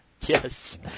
Yes